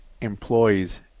employees